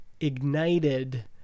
ignited